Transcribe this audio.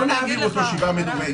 לא נעביר אותו שבעה מדורי גהינום.